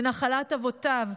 לנחלת אבותיו,